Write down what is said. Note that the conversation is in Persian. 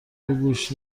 گوش